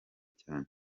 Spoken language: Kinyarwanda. cyane